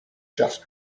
just